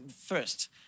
first